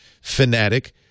fanatic